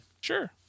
Sure